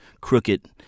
crooked